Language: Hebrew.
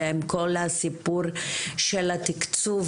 עם כל הסיפור של התיקצוב,